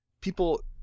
people